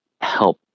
help